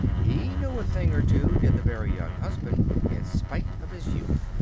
he knew a thing or two, did the very young husband, in spite of his youth!